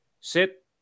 sit